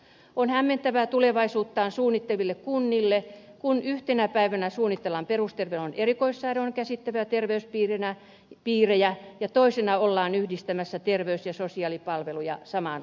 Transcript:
on hämmentävää tulevaisuuttaan suunnitteleville kunnille kun yhtenä päivänä suunnitellaan perusterveydenhuollon ja erikoissairaanhoidon käsittäviä terveyspiirejä ja toisena ollaan yhdistämässä terveys ja sosiaalipalveluja samaan organisaatioon